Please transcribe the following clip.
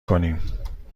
کنیم